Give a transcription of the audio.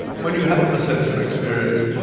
when you have a perceptual experience,